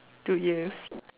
two ears